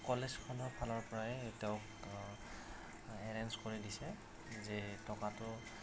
কলেজখনৰ ফালৰপৰাই তেওঁক এৰেঞ্জ কৰি দিছে যে সেই টকাটো